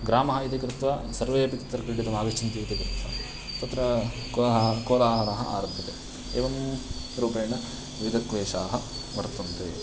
ग्रामः इति कृत्वा सर्वेपि तत्र क्रीडितुमागच्छन्ति इति कृत्वा तत्र कोहा कोलाहलः आरभ्यते एवं रूपेण विविधाः क्लेशाः वर्तन्ते